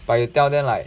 but you tell them like